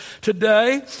today